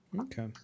Okay